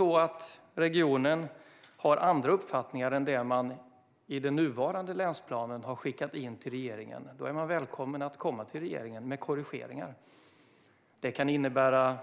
Om regionen har en annan uppfattning än vad man har skickat in till regeringen när det gäller nuvarande länsplan är man välkommen att återkomma till regeringen med korrigeringar. Det kan innebära